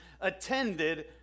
attended